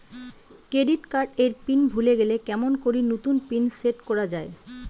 Credit card এর pin ভুলে গেলে কেমন করি নতুন পিন সেট করা য়ায়?